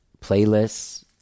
playlists